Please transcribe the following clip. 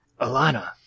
alana